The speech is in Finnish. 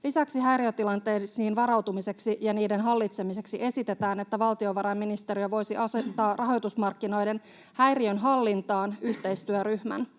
Lisäksi häiriötilanteisiin varautumiseksi ja niiden hallitsemiseksi esitetään, että valtiovarainministeriö voisi asettaa rahoitusmarkkinoiden häiriönhallintaan yhteistyöryhmän.